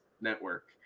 network